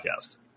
Podcast